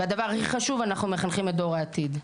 ודבר הכי חשוב אנחנו מחנכים את דור העתיד.